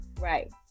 right